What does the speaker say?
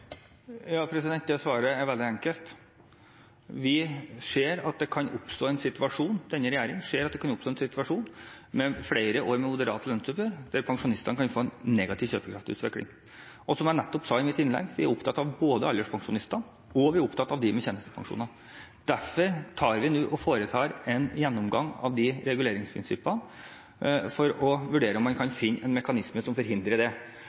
Ja, det svaret er veldig enkelt. Denne regjeringen ser at det kan oppstå en situasjon med flere år med moderate lønnsoppgjør der pensjonistene kan få en negativ kjøpekraftsutvikling. Som jeg nettopp sa i mitt innlegg: Vi er både opptatt av alderspensjonistene, og vi er opptatt av dem med tjenestepensjoner. Derfor foretar vi nå en gjennomgang av de reguleringsprinsippene for å vurdere om man kan finne en mekanisme som forhindrer dette. Jeg registrerer at Christoffersen peker på en tidligere proposisjon. Det